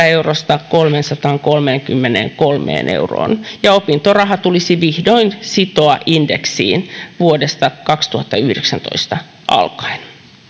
eurosta kolmeensataankolmeenkymmeneenkolmeen euroon ja opintoraha tulisi vihdoin sitoa indeksiin vuodesta kaksituhattayhdeksäntoista alkaen